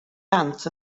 dant